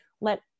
Let